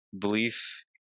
belief